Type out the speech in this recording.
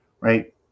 right